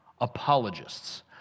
apologists